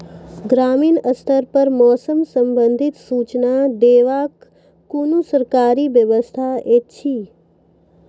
ग्रामीण स्तर पर मौसम संबंधित सूचना देवाक कुनू सरकारी व्यवस्था ऐछि?